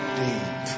deep